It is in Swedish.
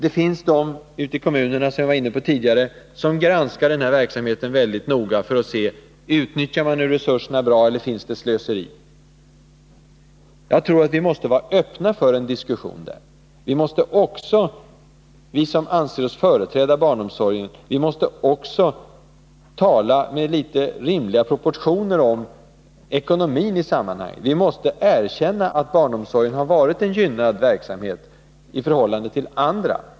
Som jag var inne på tidigare, finns det personer ute i kommunerna som granskar den här verksamheten mycket noga för att se om resurserna utnyttjas bra eller om det är fråga om slöseri. Jag tror att vi måste vara öppna för en diskussion. Vi som anser oss företräda barnomsorgen måste också ha sinne för rimliga proportioner, när vi talar om ekonomin i sammanhanget. Vi måste erkänna att barnomsorgen har varit en gynnad verksamhet i förhållande till andra.